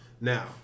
Now